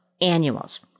annuals